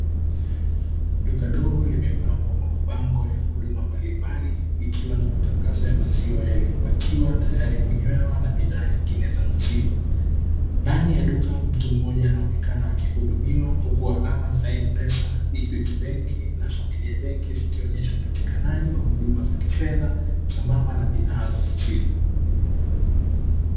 Duka dogo limepambwa kwa mabango ya huduma mbalimbali, likiwa na matangazo ya maziwa yaliyopakiwa tayari kunywewa na bidhaa nyingine za maziwa, ndani ya duka mtu mmoja anaonekana akihudumiwa, huku alama za "M-Pesa, Equity" benki, na "familia benki", zikionyesha upatikanaji wa huduma za kifedha, sambamba na bidhaa za maziwa.